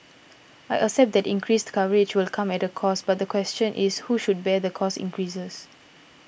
I accept that increased coverage will come at a cost but the question is who should bear the cost increases